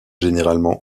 généralement